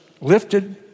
lifted